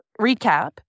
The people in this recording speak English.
recap